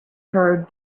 heard